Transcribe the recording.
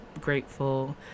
grateful